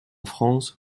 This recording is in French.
france